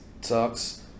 sucks